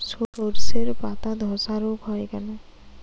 শর্ষের পাতাধসা রোগ হয় কেন?